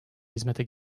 hizmete